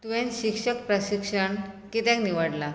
तुवेन शिक्षण प्रक्षिशण कित्याक निवडलां